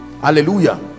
hallelujah